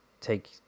take